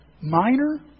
minor